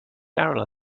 darryl